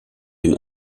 den